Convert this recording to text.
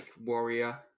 warrior